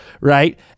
right